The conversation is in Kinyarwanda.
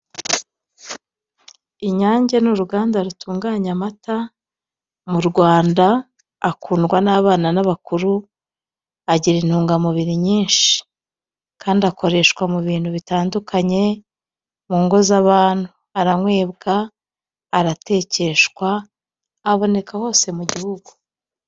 Inyange ni uruganda rutunganya amata, mu Rwanda akundwa n'abana n'abakuru, agira intungamubiri nyinshi kandi akoreshwa mu bintu bitandukanye mu ngo z'abantu aranyobwa, aratekwa, aboneka hose mu gihugu.